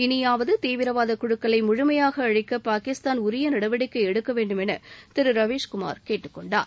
இளியாவது தீவிரவாத குழுக்களை முழும்பாக அழிக்க பாகிஸ்தான் உரிய நடவடிக்கை எடுக்க வேண்டுமேன திரு ரவீஸ் குமார் கேட்டுக்கொண்டார்